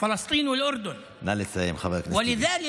היה רוצה,